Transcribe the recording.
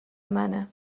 منه